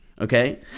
okay